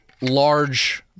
large